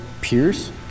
peers